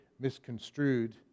misconstrued